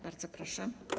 Bardzo proszę.